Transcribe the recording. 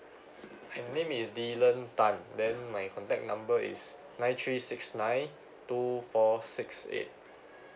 my name is delan tan then my contact number is nine three six nine two four six eight